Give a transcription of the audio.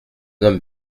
homme